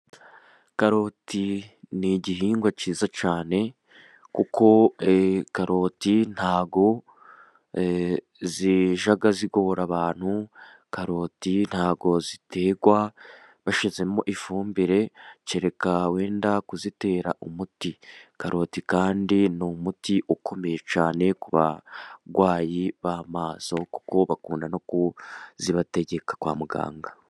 Karoti ni igihingwa cyiza cyane， kuko karoti ntabwo zijya zigora abantu，karoti ntabwo ziterwa bashyizemo ifumbire， kereka wenda kuzitera umuti，karoti kandi ni umuti ukomeye cyane，ku barwayi b'amaso kuko bakunda no kuzibategeka kwa muganga.